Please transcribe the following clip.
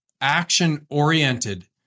action-oriented